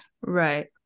right